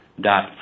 dot